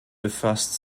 befasst